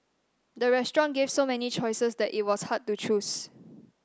the restaurant gave so many choices that it was hard to choose